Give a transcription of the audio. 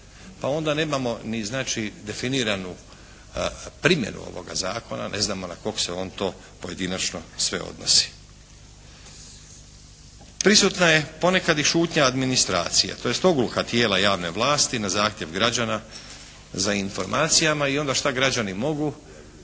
Pa onda nemamo ni znači definiranu primjenu ovoga zakona, ne znamo na kog se on to pojedinačno sve odnosi. Prisutna je ponekad i šutnja administracije, tj. ogluha tijela javne vlasti na zahtjev građana za informacijama. I onda, šta građani mogu?